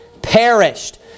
perished